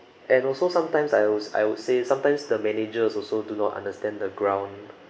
and also sometimes I would I would say sometimes the managers also do not understand the ground